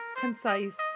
concise